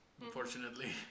unfortunately